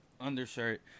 undershirt